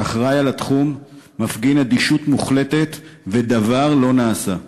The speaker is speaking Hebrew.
שאחראי לתחום, מפגין אדישות מוחלטת ודבר לא נעשה.